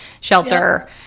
shelter